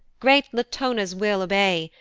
great latona's will obey,